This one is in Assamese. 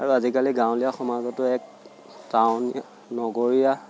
আৰু আজিকালি গাঁৱলীয়া সমাজতো এক টাউনীয়া নগৰীয়া